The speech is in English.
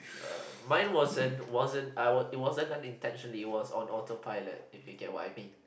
uh mine wasn't wasn't I it wasn't done intentionally was on autopilot if you get what I mean